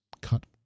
cut